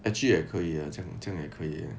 actually 也可以 eh 这样这样也可以